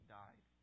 died